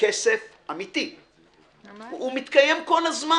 הכסף אמיתי, הוא מתקיים כל הזמן.